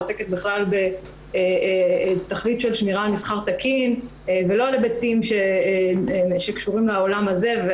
העוסקת בתכלית של שמירה על מסחר תקין ולא להיבטים שקשורים לעולם הזה.